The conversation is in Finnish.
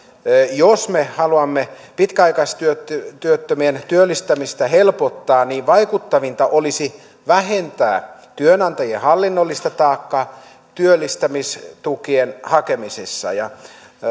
jos me haluamme pitkäaikaistyöttömien työllistämistä helpottaa niin vaikuttavinta olisi vähentää työnantajien hallinnollista taakkaa työllistämistukien hakemisessa